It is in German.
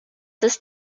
ist